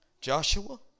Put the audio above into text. Joshua